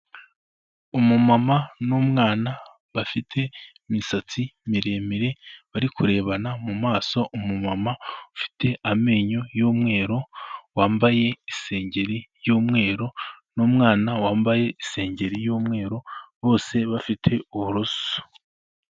Umumama n'umwana bafite imisatsi miremire bari kurebana mu maso, umumama ufite amenyo y'umweru, wambaye isengeri y'umweru n'umwana wambaye isengeri y'umweru, bose bafite uburoso.